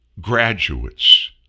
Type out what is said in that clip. graduates